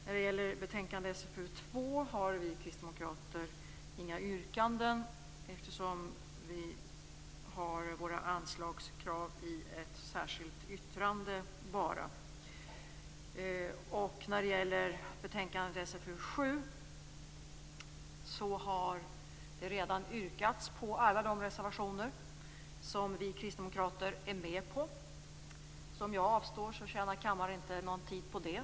När det gäller betänkande SfU2 har vi kristdemokrater inga yrkanden, eftersom vi har våra anslagskrav i ett särskilt yttrande. När det gäller betänkande SfU7 har det redan yrkats bifall till alla de reservationer som vi kristdemokrater är med på. Så om jag avstår tjänar inte kammaren någon tid på det.